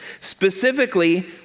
Specifically